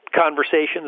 conversations